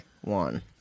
One